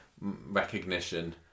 recognition